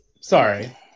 Sorry